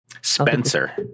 spencer